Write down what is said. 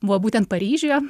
buvo būtent paryžiuje